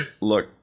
look